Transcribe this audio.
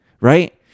right